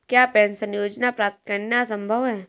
क्या पेंशन योजना प्राप्त करना संभव है?